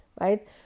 right